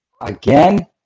Again